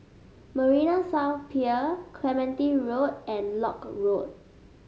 Marina South Pier Clementi Road and Lock Road